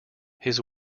his